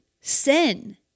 sin